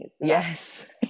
Yes